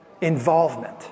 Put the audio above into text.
Involvement